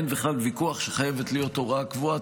אין בכלל ויכוח שחייבת להיות הוראה קבועה,